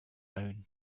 own